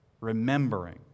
remembering